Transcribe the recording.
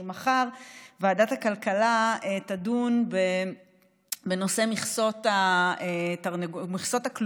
כי מחר ועדת הכלכלה תדון בנושא מכסות הכלובים.